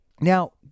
Now